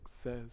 says